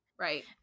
Right